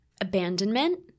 Abandonment